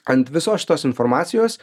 ant visos šitos informacijos